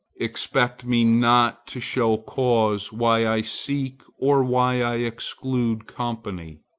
expect me not to show cause why i seek or why i exclude company.